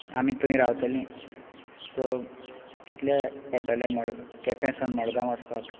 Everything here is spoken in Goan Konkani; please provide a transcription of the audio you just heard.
आमी थंय रावतलीं सो कितले पडटले मोड केंपे सून मडगांवां वसपाक